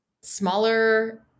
smaller